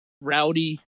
rowdy